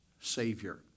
Savior